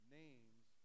names